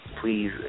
Please